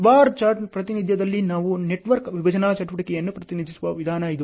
bar chart ಪ್ರಾತಿನಿಧ್ಯದಲ್ಲಿ ನಾವು network ವಿಭಜನಾ ಚಟುವಟಿಕೆಯನ್ನು ಪ್ರತಿನಿಧಿಸುವ ವಿಧಾನ ಇದು